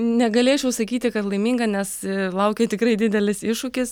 negalėčiau sakyti kad laiminga nes laukia tikrai didelis iššūkis